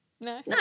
No